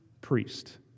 priest